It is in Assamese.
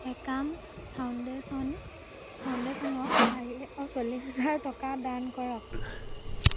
একাম ফাউণ্ডেশ্যন ফাউণ্ডেচনক চাৰি অঁ চল্লিছ হেজাৰ টকা দান কৰক